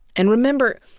and remember,